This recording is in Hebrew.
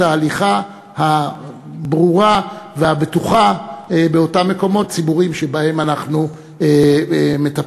ההליכה הברורה והבטוחה באותם מקומות ציבוריים שבהם אנחנו מטפלים.